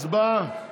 הצבעה.